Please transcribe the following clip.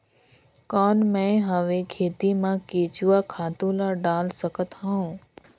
कौन मैं हवे खेती मा केचुआ खातु ला डाल सकत हवो?